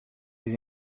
his